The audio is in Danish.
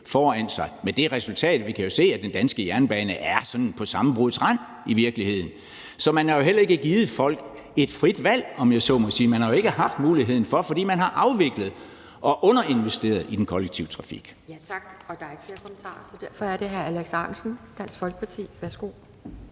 foran sig med det resultat, at vi jo kan se, at den danske jernbane i virkeligheden er sådan på sammenbruddets rand. Så man har jo heller ikke givet folk et frit valg, om jeg så må sige; folk har jo ikke haft muligheden, fordi man har afviklet og underinvesteret i den kollektive trafik.